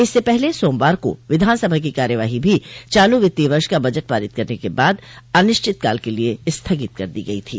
इससे पहले सोमवार को विधानसभा की कार्यवाही भी चालू वित्तीय वर्ष का बजट पारित करने के बाद अनिश्चितकाल के लिये स्थगित कर दी गई थी